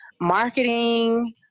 marketing